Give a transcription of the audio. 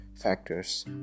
factors